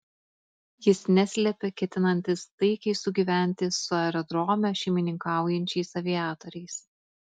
jis neslėpė ketinantis taikiai sugyventi su aerodrome šeimininkaujančiais aviatoriais